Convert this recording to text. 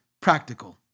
practical